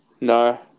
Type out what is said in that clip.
No